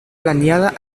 planeada